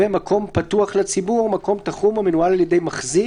ו"'מקום פתוח לציבור" מקום תחום המנוהל על ידי מחזיק'